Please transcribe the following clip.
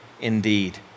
indeed